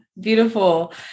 Beautiful